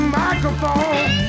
microphone